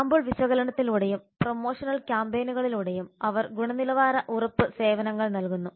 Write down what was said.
sample വിശകലനത്തിലൂടെയും promotional കാമ്പെയ്നുകളിലൂടെയും അവർ ഗുണനിലവാര ഉറപ്പ് സേവനങ്ങൾ നൽകുന്നു